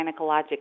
gynecologic